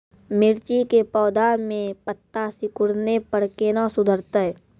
मिर्ची के पौघा मे पत्ता सिकुड़ने पर कैना सुधरतै?